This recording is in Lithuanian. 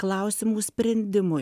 klausimų sprendimui